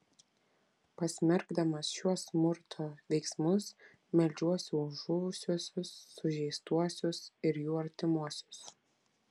pasmerkdamas šiuos smurto veiksmus meldžiuosi už žuvusiuosius sužeistuosius ir jų artimuosius